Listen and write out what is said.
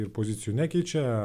ir pozicijų nekeičia